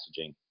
messaging